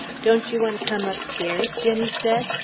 don't you want to come upstairs? jenny said.